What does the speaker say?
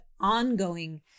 ongoing